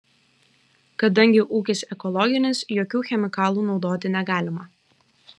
kadangi ūkis ekologinis jokių chemikalų naudoti negalima